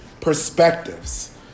perspectives